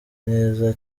neza